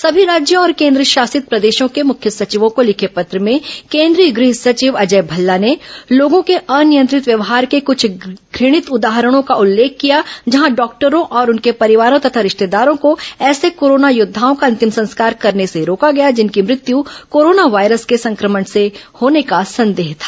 सभी राज्यों और केंद्रशासित प्रदेशों के मुख्य सचिवों को लिखे पत्र में केंद्रीय गृह सचिव अजय भल्ला ने लोगों के अनियंत्रित व्यवहार के कृष्ठ घणित उदाहरणों का उल्लेख किया जहां डॉक्टरों और उनके परिवारों तथा रिश्तेदारों को ऐसे कोरोना योद्वाओं का अंतिम संस्कार करने से रोका गया जिनकी मृत्यू कोरोना वायरस को संक्रमण से होने का संदेह था